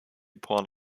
puan